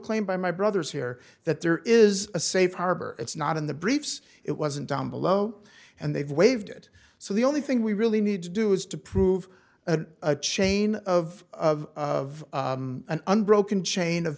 claim by my brothers here that there is a safe harbor it's not in the briefs it wasn't down below and they've waived it so the only thing we really need to do is to prove a chain of of an unbroken chain of